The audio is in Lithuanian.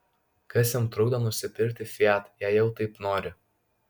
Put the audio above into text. kas jam trukdo nusipirkti fiat jei jau taip nori